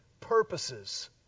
purposes